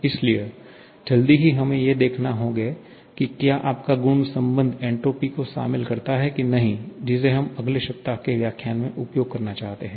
इसलिए जल्दी ही हमे ये देखना होंगे की क्या आपका गुण सम्बन्ध एन्ट्रोपी को शामिल करता है की नहीं जिसे हम अगले सप्ताह के व्याख्यान में उपयोग करना चाहते हैं